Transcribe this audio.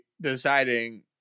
deciding